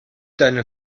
deine